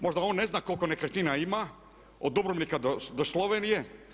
Možda on ne zna koliko nekretnina ima od Dubrovnika do Slovenije.